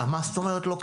מה זאת אומרת לא קרה?